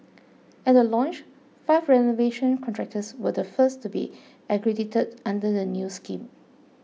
at the launch five renovation contractors were the first to be accredited under the new scheme